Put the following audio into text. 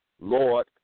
Lord